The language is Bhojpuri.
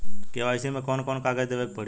के.वाइ.सी मे कौन कौन कागज देवे के पड़ी?